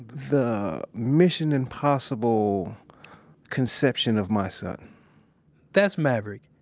the mission impossible conception of my son that's maverick.